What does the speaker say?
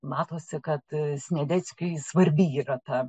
matosi kad sniadeckiui svarbi yra ta